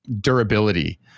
durability